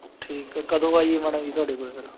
ਠੀਕ ਕਦੋਂ ਆਈਏ ਮੈਡਮ ਜੀ ਤੁਹਾਡੇ ਕੋਲ ਫਿਰ